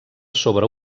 sobre